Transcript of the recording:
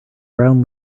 brown